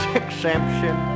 exemption